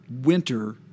winter